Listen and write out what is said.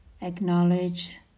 Acknowledge